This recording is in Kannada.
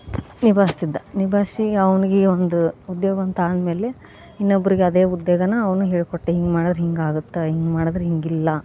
ನಿಭಾಯಿಸ್ತಿದ್ದ ನಿಭಾಯಿಸಿ ಅವನಿಗೆ ಒಂದು ಉದ್ಯೋಗ ಅಂತ ಆದಮೇಲೆ ಇನ್ನೊಬ್ಬರಿಗೆ ಅದೇ ಉದ್ಯೋಗನ ಅವನು ಹೇಳ್ಕೊಟ್ಟು ಹಿಂಗೆ ಮಾಡಿದ್ರೆ ಹಿಂಗೆ ಆಗುತ್ತೆ ಹಿಂಗೆ ಮಾಡಿದರೆ ಹಿಂಗೆ ಇಲ್ಲ